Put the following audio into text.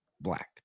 black